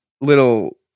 little